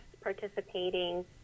Participating